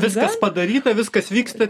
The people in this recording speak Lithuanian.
viskas padaryta viskas vyksta